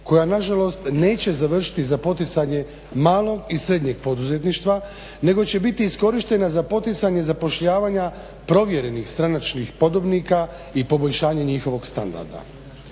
koja nažalost neće završiti za poticanje malog i srednjeg poduzetništva nego će biti iskorištena za poticanje zapošljavanja provjerenih stranačkih podobnika i poboljšanje njihovog standarda.